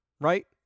right